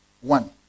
One